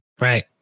Right